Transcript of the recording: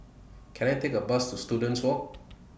Can I Take A Bus to Students Walk